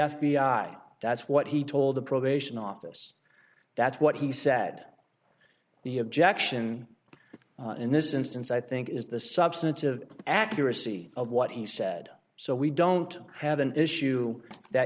i that's what he told the probation office that's what he said the objection in this instance i think is the substantive accuracy of what he said so we don't have an issue that